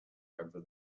over